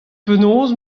penaos